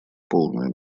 полное